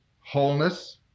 wholeness